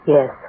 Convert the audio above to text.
Yes